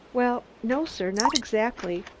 well, no, sir, not exactly.